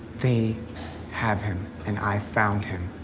they have him and i found him.